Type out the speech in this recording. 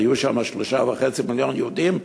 והיו שם 3.5 מיליון יהודים,